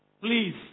Please